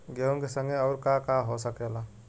गेहूँ के संगे अउर का का हो सकेला?